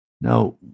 Now